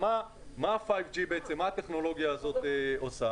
מה הטכנולוגיה הזאת של ה-5G עושה.